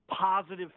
positive